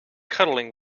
cuddling